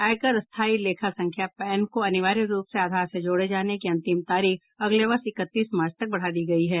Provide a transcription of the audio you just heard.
आयकर स्थायी लेखा संख्या पैन को अनिवार्य रूप से आधार से जोड़े जाने की अंतिम तारीख अगले वर्ष इकतीस मार्च तक बढ़ा दी गई है